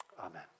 Amen